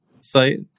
site